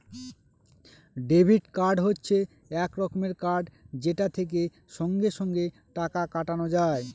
debit card হচ্ছে এক রকমের কার্ড যেটা থেকে সঙ্গে সঙ্গে টাকা কাটানো যায়